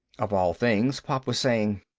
of all things, pop was saying,